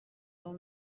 dans